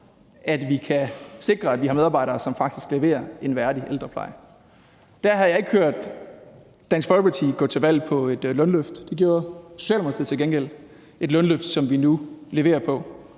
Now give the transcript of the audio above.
at vi kan sikre, at vi har medarbejdere, som faktisk leverer en værdig ældrepleje. Der har jeg ikke hørt Dansk Folkeparti gå til valg på et lønløft; det gjorde Socialdemokratiet til gengæld – et lønløft, som vi nu leverer på,